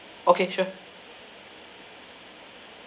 okay sure